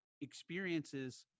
experiences